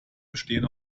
bestehen